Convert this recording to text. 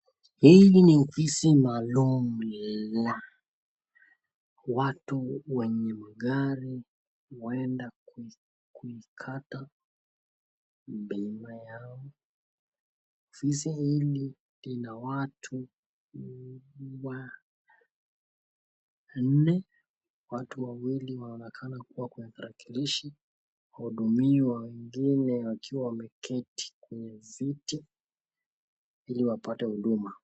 Hili ni ofisi maalum la watu wenye magari huenda kuikata bima yao. Ofisi hili lina watu wanne. watu wawili wanaonekana kuwa kwenye tarakilishi wahudumiwa wengine wakiwa kwenye viti ili wapate huduma.